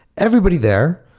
everybody there,